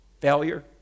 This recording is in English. Failure